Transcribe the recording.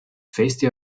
feste